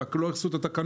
רק לא התקינו את התקנות,